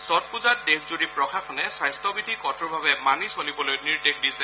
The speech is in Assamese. ছট পুজাত দেশজুৰি প্ৰশাসনে স্বাস্থ্যবিধি কঠোৰভাৱে মানি চলিবলৈ নিৰ্দেশ দিছে